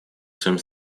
своем